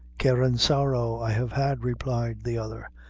care an' sorrow i have had, replied the other,